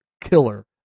killer